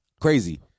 Crazy